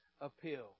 appeal